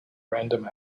random